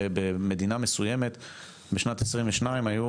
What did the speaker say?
במדינה מסוימת בשנת 2022 היו